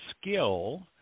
skill